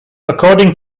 according